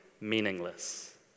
meaningless